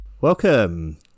welcome